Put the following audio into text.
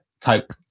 type